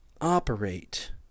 operate